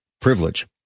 privilege